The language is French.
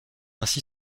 ainsi